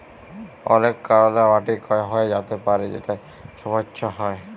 অলেক কারলে মাটি ক্ষয় হঁয়ে য্যাতে পারে যেটায় ছমচ্ছা হ্যয়